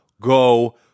go